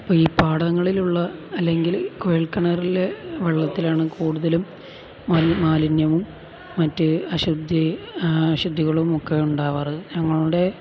ഇപ്പോള് ഈ പാടങ്ങളിലുള്ള അല്ലെങ്കിൽ കുഴല്ക്കിണറിലെ വെള്ളത്തിലാണ് കൂടുതലും മാലിന്യവും മറ്റ് അശുദ്ധി അശുദ്ധികളും ഒക്കെ ഉണ്ടാവാറ് ഞങ്ങളുടെ